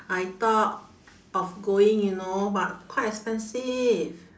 I thought of going you know but quite expensive